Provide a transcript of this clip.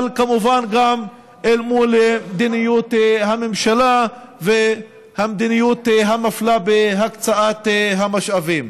אבל כמובן גם אל מול מדיניות הממשלה והמדיניות המפלה בהקצאת המשאבים.